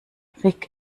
rick